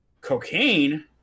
Cocaine